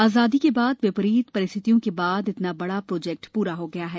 आजादी के बाद विपरीत परिस्थियों के बाद इतना बड़ा प्रोजेक्ट पूरा हो गया है